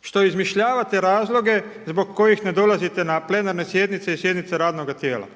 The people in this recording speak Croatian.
što izmišljavate razloge zbog kojih ne dolazite na plenarne sjednice i sjednice radnoga tijela.